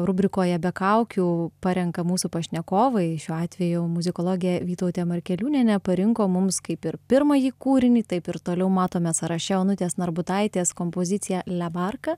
rubrikoje be kaukių parenka mūsų pašnekovai šiuo atveju muzikologė vytautė markeliūnienė parinko mums kaip ir pirmąjį kūrinį taip ir toliau matome sąraše onutės narbutaitės kompoziciją lebarka